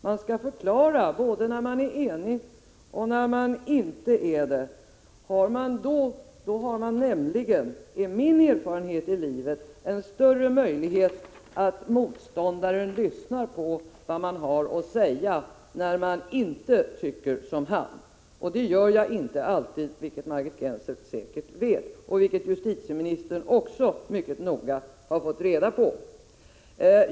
Man skall förklara både när man är enig och när man inte är det — min erfarenhet är att möjligheten då är större att motståndaren lyssnar på vad man har att säga när man inte tycker som han. Det gör jag inte alltid, vilket Margit Gennser säkert vet och vilket justitieministern mycket noga har fått reda på.